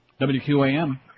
WQAM